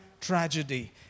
Tragedy